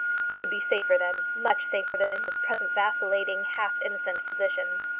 he would be safer then, much safer than in his present vacillating, half-innocent position.